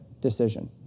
decision